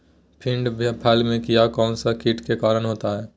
भिंडी फल में किया कौन सा किट के कारण होता है?